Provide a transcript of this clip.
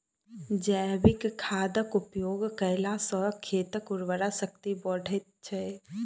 जैविक खादक उपयोग कयला सॅ खेतक उर्वरा शक्ति बढ़ैत छै